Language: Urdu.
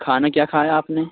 کھانا کیا کھایا آپ نے